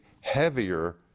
heavier